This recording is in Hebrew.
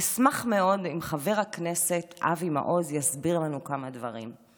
אשמח מאוד אם חבר הכנסת אבי מעוז יסביר לנו כמה דברים,